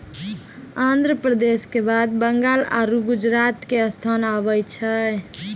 आन्ध्र प्रदेश के बाद बंगाल आरु गुजरात के स्थान आबै छै